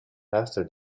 after